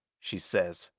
she says,